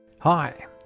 Hi